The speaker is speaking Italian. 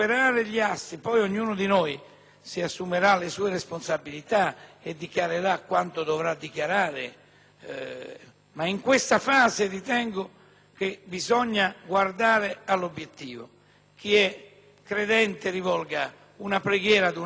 ma in questa fase bisogna guardare all'obiettivo. Chi è credente rivolga una preghiera per una vita che non c'è più, chi non lo è faccia una riflessione. Credo, tuttavia, che dobbiamo avere insieme